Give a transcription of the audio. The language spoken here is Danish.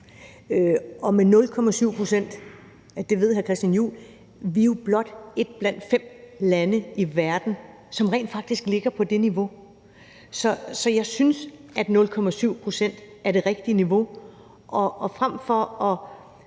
Og med 0,7 pct. – det ved hr. Christian Juhl – er vi jo blot et blandt fem lande i verden, som rent faktisk ligger på det niveau. Så jeg synes, at 0,7 pct. er det rigtige niveau, og frem for at